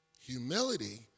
humility